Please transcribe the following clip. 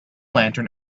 lantern